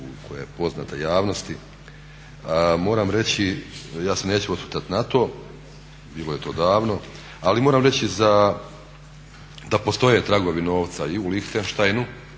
koja je poznata javnosti. Moram reći, ja se neću osvrtat na to, bilo je to davno, ali moram reći da postoje tragovi novca i u Lihtenštajnu